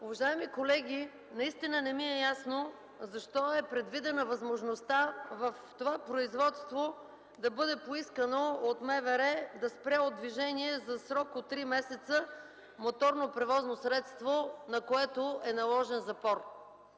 Уважаеми колеги, наистина не ми е ясно защо е предвидена възможността в това производство да бъде поискано от МВР да спре от движение за срок от три месеца моторно превозно средство, на което е наложен запор?!